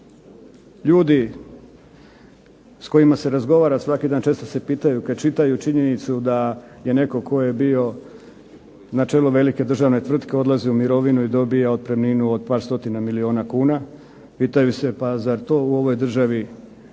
Ljudi s kojima se razgovara svaki dan često se pitaju kada čitaju činjenicu da je netko tko je bio na čelu velike državne tvrtke odlazi u mirovinu i dobija otpremninu od par stotina milijuna kuna, pitaju se pa zar to u ovoj državi gdje